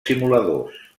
simuladors